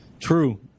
True